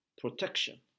protection